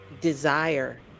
desire